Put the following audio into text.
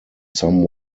some